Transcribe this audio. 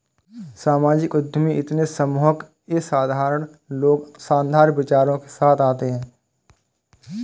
सामाजिक उद्यमी इतने सम्मोहक ये असाधारण लोग शानदार विचारों के साथ आते है